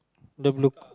the blue